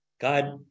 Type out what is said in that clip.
God